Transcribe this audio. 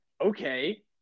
okay